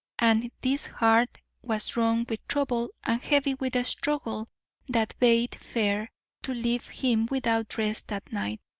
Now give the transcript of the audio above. and this heart was wrung with trouble and heavy with a struggle that bade fair to leave him without rest that night,